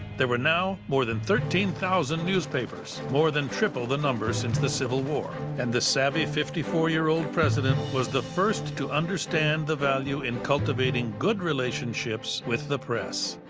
there were now more than thirteen thousand newspapers, more than triple the number since the civil war, and the savvy fifty four year old president was the first to understand the value in cultivating good relationships with the press.